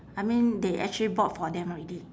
I mean they actually bought for them already